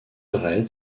raid